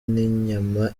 n’inyama